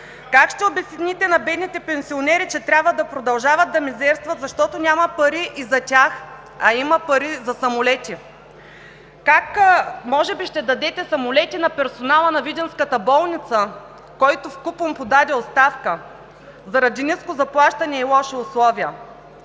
Как ще обясните на бедните пенсионери, че трябва да продължават да мизерстват, защото няма пари и за тях, а има пари за самолети? Може би ще дадете самолети на персонала на видинската болница, който вкупом подаде оставка заради ниско заплащане и лоши условия!